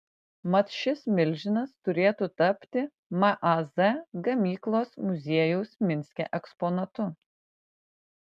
mat šis milžinas turėtų tapti maz gamyklos muziejaus minske eksponatu